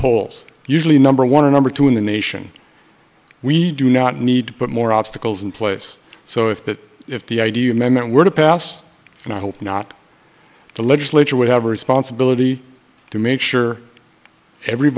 polls usually number one a number two in the nation we do not need to put more obstacles in place so if that if the id amendment were to pass and i hope not the legislature would have a responsibility to make sure every